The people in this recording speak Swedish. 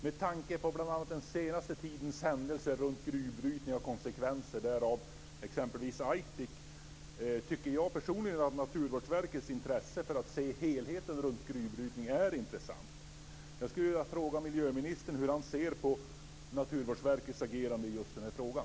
Med tanke på bl.a. den senaste tidens händelser runt gruvbrytning och dess konsekvenser, t.ex. Aitik, tycker jag personligen att Naturvårdsverkets intresse för att se helheten runt gruvbrytning är intressant. Jag skulle vilja fråga miljöministern hur han ser på Naturvårdsverkets agerande i just den här frågan.